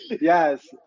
Yes